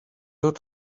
out